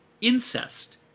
incest